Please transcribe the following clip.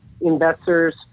investors